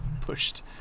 pushed